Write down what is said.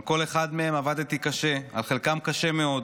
על כל אחד מהם עבדתי קשה, ועל חלקם, קשה מאוד.